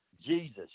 Jesus